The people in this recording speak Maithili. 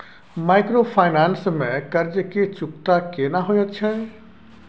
माइक्रोफाइनेंस में कर्ज के चुकता केना होयत छै?